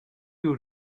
you